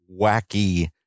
wacky